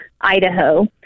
Idaho